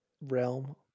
realm